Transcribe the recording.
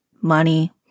money